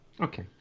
Okay